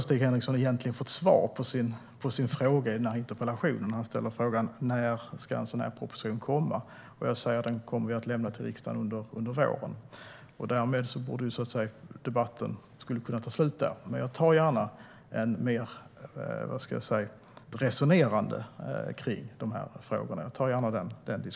Stig Henriksson har egentligen fått svar på sin fråga i interpellationen om när en proposition ska komma, att den kommer vi att lämna till riksdagen under våren. Därmed skulle debatten kunna ta slut där, men jag resonerar gärna mer om de här frågorna.